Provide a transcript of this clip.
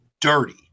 dirty